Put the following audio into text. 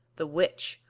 the witch,